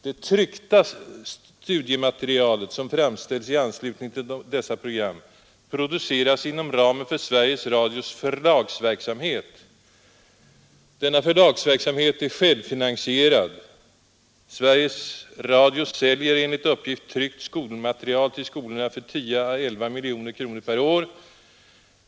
Det tryckta studiematerialet, som framställs i anslutning till dessa program, produceras inom ramen för Sveriges Radios förlagsverksamhet. Denna verksamhet är själfinansierad, och Sveriges Radio säljer enligt uppgift tryckt material till skolorna för 10 å 11 miljoner kronor per år.